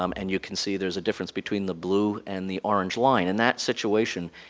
um and you can see there's a difference between the blue and the orange line. and that situation,